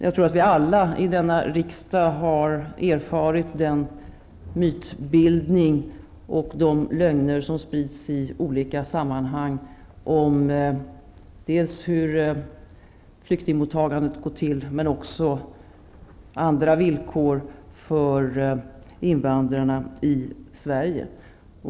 Jag tror att vi alla i denna riksdag har erfarit den mytbildning och de lögner som sprids i olika sammanhang om dels hur flyktingmottagandet går till, dels hur villkoren är för invandrarna i Sverige.